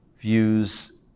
views